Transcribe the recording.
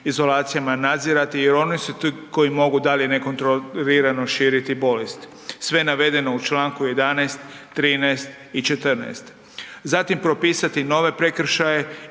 izolacijama nadzirati jer one su ti koji mogu dalje nekontrolirano širiti bolesti. Sve navedeno u čl. 11., 13. i 14. Zatim propisati nove prekršaje